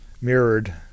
mirrored